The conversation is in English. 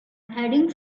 heading